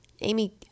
Amy